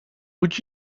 would